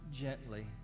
gently